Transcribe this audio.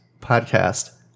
Podcast